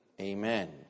Amen